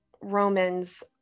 Romans